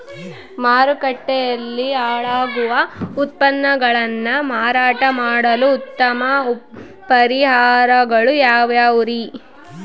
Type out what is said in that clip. ಮಾರುಕಟ್ಟೆಯಲ್ಲಿ ಹಾಳಾಗುವ ಉತ್ಪನ್ನಗಳನ್ನ ಮಾರಾಟ ಮಾಡಲು ಉತ್ತಮ ಪರಿಹಾರಗಳು ಯಾವ್ಯಾವುರಿ?